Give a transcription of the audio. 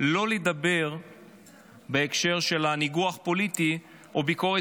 לא לדבר בהקשר של ניגוח פוליטי או ביקורת